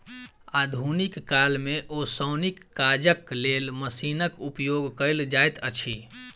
आधुनिक काल मे ओसौनीक काजक लेल मशीनक उपयोग कयल जाइत अछि